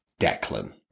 Declan